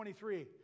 23